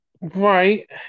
Right